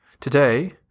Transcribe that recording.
Today